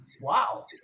Wow